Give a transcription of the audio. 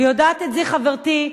ויודעת את זה חברתי,